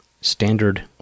standard